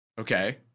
Okay